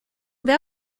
that